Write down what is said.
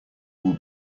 will